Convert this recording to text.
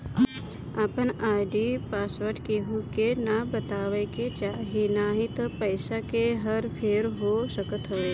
आपन ID password केहू के ना बतावे के चाही नाही त पईसा के हर फेर हो सकत हवे